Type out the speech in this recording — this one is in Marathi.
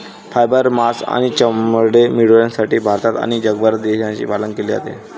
फायबर, मांस आणि चामडे मिळविण्यासाठी भारतात आणि जगभरात शेळ्यांचे पालन केले जाते